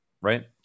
right